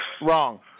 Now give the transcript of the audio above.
Wrong